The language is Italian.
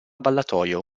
ballatoio